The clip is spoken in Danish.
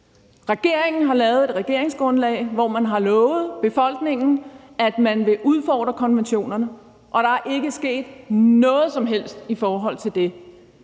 Regeringen har lavet et regeringsgrundlag, hvor man har lovet befolkningen, at man vil udfordre konventionerne, og der er ikke sket noget som helst i forhold til det.